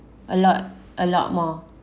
a lot a lot more